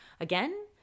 again